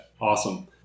awesome